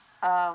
um